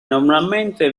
normalmente